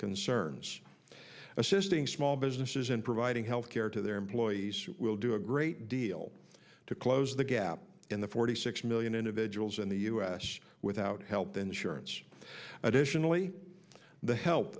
concerns assisting small businesses in providing health care to their employees will do a great deal to close the gap in the forty six million individuals in the us without health insurance additionally the help